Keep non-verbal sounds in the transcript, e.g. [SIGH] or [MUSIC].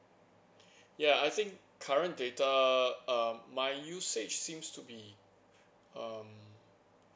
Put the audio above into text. [BREATH] ya I think currently data um my usage seems to be um